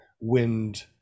wind